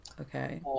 Okay